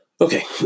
Okay